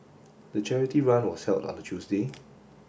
the charity run was held on a Tuesday